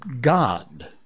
God